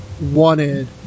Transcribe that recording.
wanted